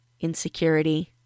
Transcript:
insecurity